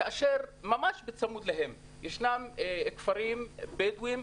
כאשר ממש בצמוד להן ישנם כפרים בדואים,